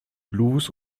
blues